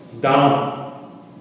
down